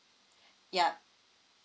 yup